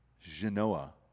Genoa